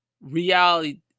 reality